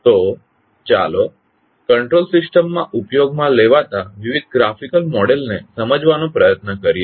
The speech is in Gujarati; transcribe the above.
તો ચાલો કંટ્રોલ સિસ્ટમ માં ઉપયોગમાં લેવાતા વિવિધ ગ્રાફિકલ મોડેલને સમજવાનો પ્રયત્ન કરીએ